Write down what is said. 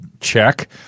check